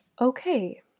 Okay